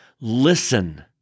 listen